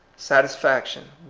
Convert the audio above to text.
satisfaction,